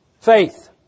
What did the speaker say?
Faith